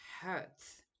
hurts